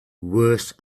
worse